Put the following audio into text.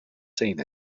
seen